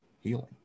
healing